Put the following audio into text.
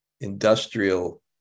industrial